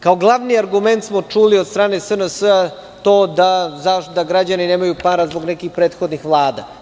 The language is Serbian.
Kao glavni argument smo čuli od strane SNS to da građani nemaju para zbog nekih prethodnih vlada.